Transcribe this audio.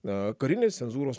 na karinės cenzūros